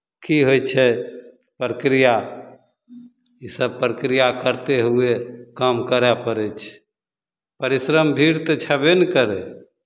की होइ छै प्रक्रिया ईसभ प्रक्रिया करते हुए काम करय पड़ै छै परिश्रम भीड़ तऽ छयबे ने करय